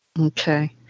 Okay